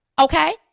Okay